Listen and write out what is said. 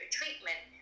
treatment